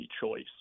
choice